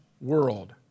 world